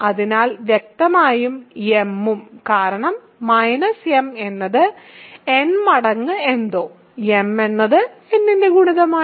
അതിനാൽ വ്യക്തമായും m ഉം കാരണം m എന്നത് n മടങ്ങ് എന്തോ m എന്നത് n ന്റെ ഗുണിതമാണ്